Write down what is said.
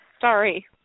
Sorry